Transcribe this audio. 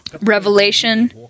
Revelation